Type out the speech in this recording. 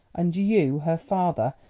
and you, her father,